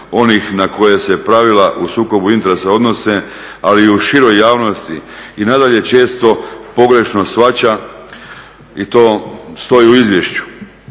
onih na koje se pravila o sukobu interesa odnose, ali i u široj javnosti i nadalje često pogrešno shvaća i to stoji u izvješću.